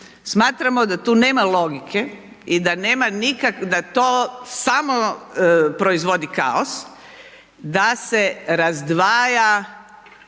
Smatramo da tu nema logike i da nema, da to samo proizvodi kaos, da se razdvaja